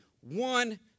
One